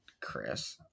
Chris